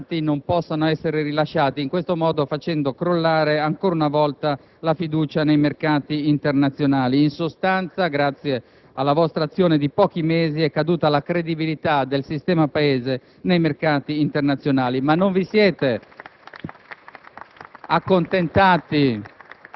sugli affitti, che gli immobili cartolarizzati non possano essere rilasciati, in questo modo facendo crollare, ancora una volta, la fiducia nei mercati internazionali. In sostanza, grazie alla vostra azione di pochi mesi, è caduta la credibilità del sistema Paese nei mercati internazionali. *(Applausi